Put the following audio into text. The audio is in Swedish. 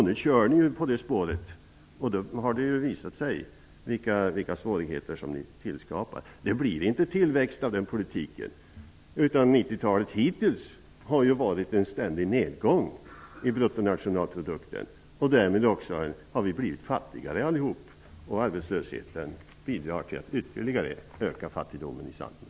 Nu kör ni på det spåret, och det har visat sig vilka svårigheter ni skapar. Det blir ingen tillväxt med den politiken. 90-talet har ju hittills haft en ständig nedgång av bruttonationalprodukten. Därmed har vi allihop blivit fattigare, och arbetslösheten bidrar till att ytterligare öka fattigdomen i samhället.